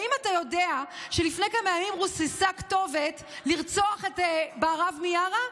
האם אתה יודע שלפני כמה ימים רוססה כתובת: לרצוח את בהרב מיארה?